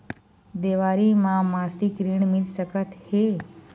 देवारी म मासिक ऋण मिल सकत हे?